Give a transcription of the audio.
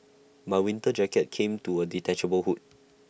my winter jacket came to A detachable hood